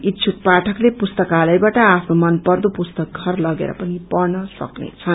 इच्छुक पाठकले पुस्तकालयबाट आफ्नो मन पर्दो पुस्तक षर लगेर पनि पढ़न सक्छन्